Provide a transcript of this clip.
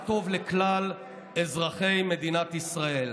מה טוב לכלל אזרחי מדינת ישראל.